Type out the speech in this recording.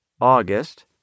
August